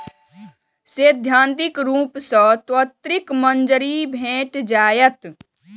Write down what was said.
सैद्धांतिक रूप सं त्वरित मंजूरी भेट जायत